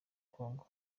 kongo